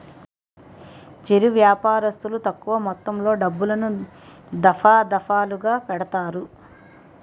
చిరు వ్యాపారస్తులు తక్కువ మొత్తంలో డబ్బులను, దఫాదఫాలుగా పెడతారు